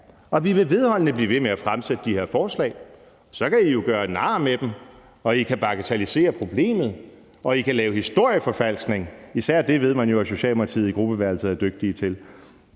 Og vi vil vedholdende blive ved med at fremsætte de her forslag. Så kan I jo gøre nar af dem, og I kan bagatellisere problemet, og I kan lave historieforfalskning – især det ved man jo at Socialdemokratiet er dygtige til